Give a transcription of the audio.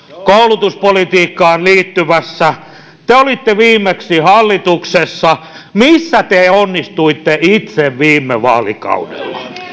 koulutuspolitiikkaan liittyvässä te olitte viimeksi hallituksessa missä te onnistuitte itse viime vaalikaudella